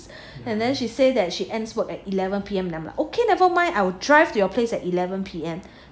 she said that she ends work at eleven P_M damn like okay never mind I will drive to your place at eleven P_M